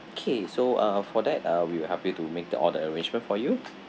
okay so uh for that uh we'll help you to make the all the arrangement for you